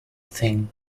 thing